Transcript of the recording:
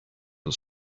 the